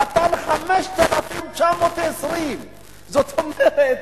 נתן 5,920. זאת אומרת,